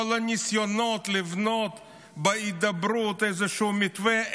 כל הניסיונות לבנות בהידברות איזשהו מתווה,